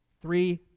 three